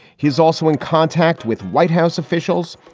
he's also in contact with white house officials,